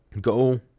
go